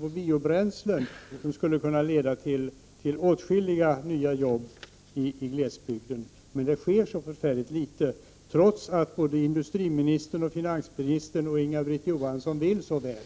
på biobränslen, vilket skulle leda till åtskilliga nya jobb i glesbygden. Men det sker så förfärligt litet, trots att både industriministern, finansministern och Inga-Britt Johansson vill så väl.